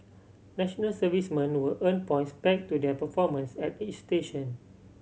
national servicemen will earn points pegged to their performance at each station